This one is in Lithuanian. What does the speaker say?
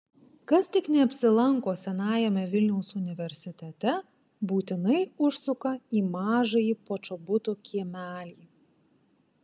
kas tik neapsilanko senajame vilniaus universitete būtinai užsuka į mažąjį počobuto kiemelį